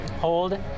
Hold